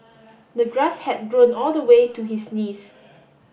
the grass had grown all the way to his knees